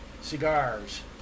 cigars